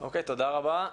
תודה רבה.